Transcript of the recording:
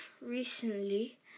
recently